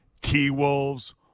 T-Wolves